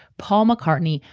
paul mccartney,